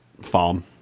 farm